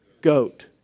goat